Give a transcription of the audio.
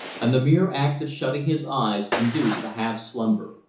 and the mere act of shutting his eyes induced a half-slumber.